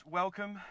welcome